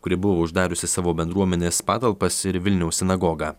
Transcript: kuri buvo uždariusi savo bendruomenės patalpas ir vilniaus sinagogą